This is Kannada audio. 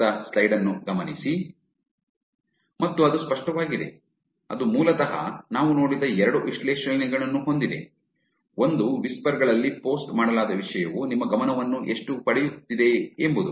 ಮತ್ತು ಅದು ಸ್ಪಷ್ಟವಾಗಿದೆ ಅದು ಮೂಲತಃ ನಾವು ನೋಡಿದ ಎರಡು ವಿಶ್ಲೇಷಣೆಗಳನ್ನು ಹೊಂದಿದೆ ಒಂದು ವಿಸ್ಪರ್ ಗಳಲ್ಲಿ ಪೋಸ್ಟ್ ಮಾಡಲಾದ ವಿಷಯವು ನಿಮ್ಮ ಗಮನವನ್ನು ಎಷ್ಟು ಪಡೆಯುತ್ತಿದೆ ಎಂಬುದು